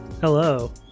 Hello